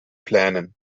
plänen